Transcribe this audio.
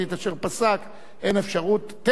אין אפשרות טכנית להחזיר,